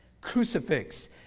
crucifix